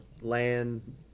land